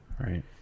Right